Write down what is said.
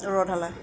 ৰঢলা